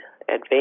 advance